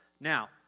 Now